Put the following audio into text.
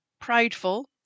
prideful